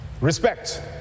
respect